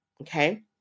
okay